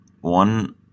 one